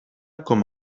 com